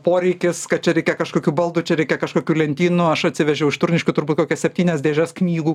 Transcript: poreikis kad čia reikia kažkokių baldų čia reikia kažkokių lentynų aš atsivežiau iš turniškių kokias septynias dėžes knygų